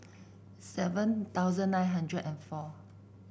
seven thousand nine hundred and four